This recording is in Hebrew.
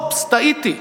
אופס, טעיתי.